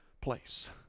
place